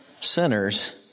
sinners